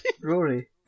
Rory